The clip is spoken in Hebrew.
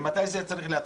ממתי הוא צריך להתחיל?